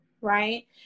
right